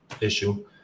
issue